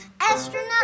Astronaut